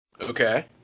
Okay